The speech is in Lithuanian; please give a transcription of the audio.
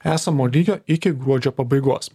esamo lygio iki gruodžio pabaigos